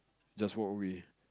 just walk away